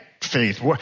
faith